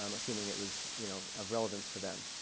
um assuming it was you know of relevance to them.